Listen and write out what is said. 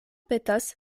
petas